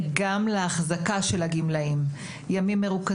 אני יודעת שהתקציב הזה הולך גם להחזקה של הגמלאים: ימים מרוכזים,